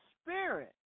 spirit